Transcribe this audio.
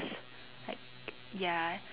like ya